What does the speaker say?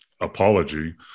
apology